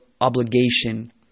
obligation